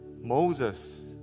Moses